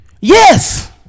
yes